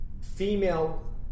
female